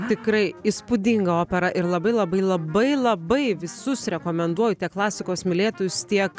tikrai įspūdinga opera ir labai labai labai labai visus rekomenduoju tiek klasikos mylėtojus tiek